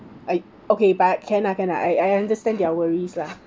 I okay but can ah can ah I I understand their worries lah